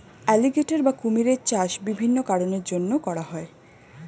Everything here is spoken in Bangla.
অ্যালিগেটর বা কুমিরের চাষ বিভিন্ন কারণের জন্যে করা হয়